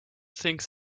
things